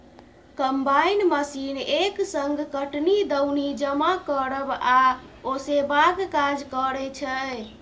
combine machine एक संग कटनी, दौनी, जमा करब आ ओसेबाक काज करय छै